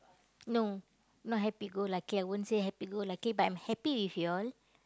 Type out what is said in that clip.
no not happy go lucky I won't say happy go lucky but I'm happy with you all